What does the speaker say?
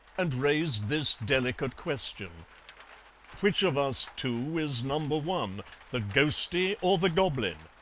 and raised this delicate question which of us two is number one the ghostie, or the goblin?